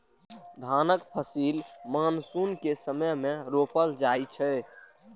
धानक फसिल मानसून के समय मे रोपल जाइ छै